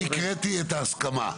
הקראתי את הסכמה.